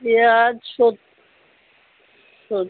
পেঁয়াজ সোত সোত